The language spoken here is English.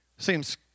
Seems